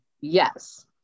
Yes